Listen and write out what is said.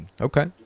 okay